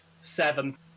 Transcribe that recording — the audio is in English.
seven